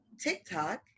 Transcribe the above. TikTok